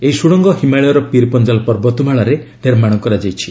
ଏହି ସୁଡ଼ଙ୍ଗ ହିମାଳୟର ପିର୍ ପଞ୍ଜାଲ ପର୍ବତ ମାଳାରେ ନିର୍ମାଣ କରାଯାଇଛି